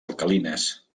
alcalines